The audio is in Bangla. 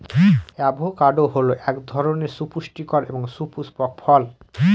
অ্যাভোকাডো হল এক ধরনের সুপুষ্টিকর এবং সপুস্পক ফল